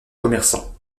commerçants